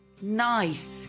Nice